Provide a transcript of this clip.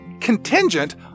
contingent